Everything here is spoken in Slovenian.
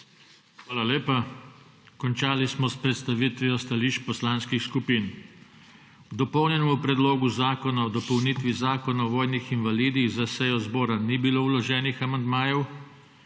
Hvala lepa. Končali smo predstavitev stališč poslanskih skupin. K dopolnjenemu Predlogu zakona o dopolnitvi Zakona o vojnih invalidih za sejo zbora ni bilo vloženih amandmajev.